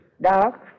Dark